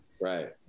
Right